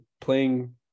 playing